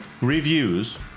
reviews